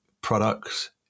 products